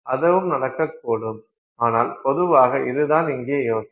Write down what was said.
அதுவும் நடக்கக்கூடும் ஆனால் பொதுவாக இதுதான் இங்கே யோசனை